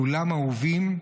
כולם אהובים,